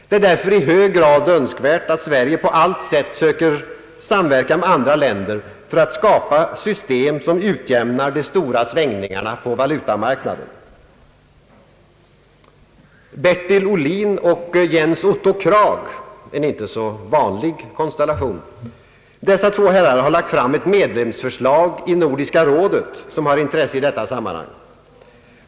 Det är därför i hög grad önskvärt att Sverige på allt sätt söker samverkan med andra länder för att skapa system som utjämnar de stora svängningarna på valutamarknaden. Bertil Ohlin och Jens Otto Krag — en inte så vanlig konstellation — har lagt fram ett medlemsförslag i Nordiska rådet, som har intresse i detta sammanhang.